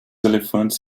elefantes